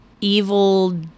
evil